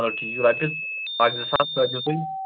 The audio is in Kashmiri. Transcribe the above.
چلو ٹھیٖک چھُ رۄپیس اکھ زٕ ساس ترٛٲوزیٚو تُہۍ